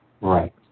Right